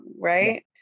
right